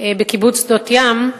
בקיבוץ שדות-ים,